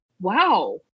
Wow